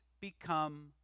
become